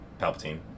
Palpatine